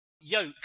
Yoke